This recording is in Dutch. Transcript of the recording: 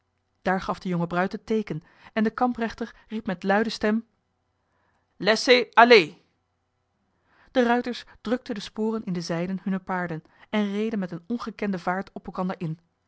daar gaf de jonge bruid het teeken en de kamprechter riep met luide stem laisser aller laat begaan de ruiters drukten de sporen in de zijden hunner paarden en reden met eene ongekende vaart op elkander in